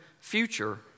future